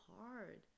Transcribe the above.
hard